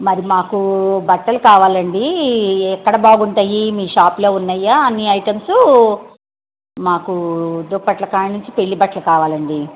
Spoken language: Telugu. మరి మాకు బట్టలు కావాలండీ ఎక్కడ బాగుంటయీ మీ షాప్లో ఉన్నయ్యా అన్నీ ఐటంసు మాకు దుప్పట్ల కాడ నుంచి పెళ్ళి బట్టలు కావలండి